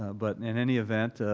ah but in any event,